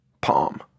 palm